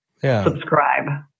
subscribe